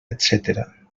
etcètera